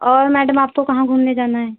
और मैडम आपको कहाँ घूमने जाना है